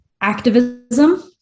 activism